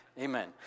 Amen